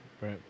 Right